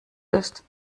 ist